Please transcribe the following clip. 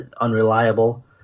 unreliable